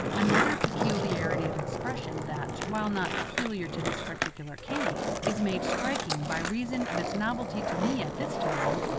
another peculiarity of expression, that, while not peculiar to this particular camp, is made striking by reason of its novelty to me at this time,